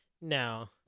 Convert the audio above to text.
No